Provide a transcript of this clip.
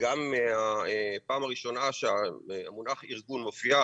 גם כשפעם הראשונה המונח ארגון מופיע,